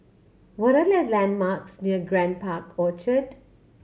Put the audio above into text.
what are the landmarks near Grand Park Orchard